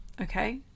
okay